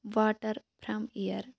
water from air